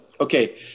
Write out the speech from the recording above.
okay